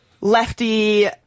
lefty